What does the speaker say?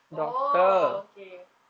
oh okay